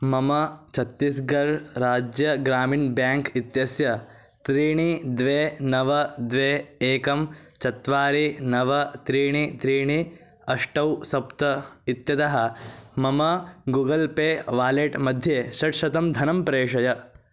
मम छत्तिस्गर् राज्य ग्रामिण् बेङ्क् इत्यस्य त्रीणि द्वे नव द्वे एकं चत्वारि नव त्रीणि त्रीणि अष्टौ सप्त इत्यतः मम गुगल् पे वालेट् मध्ये षट्शतं धनं प्रेषय